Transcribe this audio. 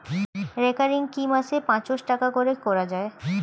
Recurring কি মাসে পাঁচশ টাকা করে করা যায়?